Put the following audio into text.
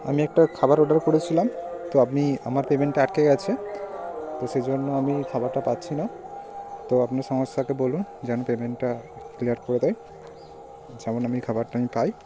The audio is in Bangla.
আমি একটা খাবার অর্ডার করেছিলাম তো আপনি আমার পেমেন্টটা আটকে গিয়েছে তো সে জন্য আমি খাবারটা পাচ্ছি না তো আপনার সংস্থাকে বলুন যেন পেমেন্টটা ক্লিয়ার করে দেয় যেন আমি খাবারটা আমি পাই